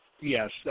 Yes